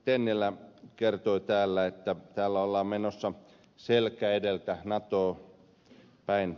tennilä kertoi täällä että täällä ollaan menossa selkä edellä natoa päin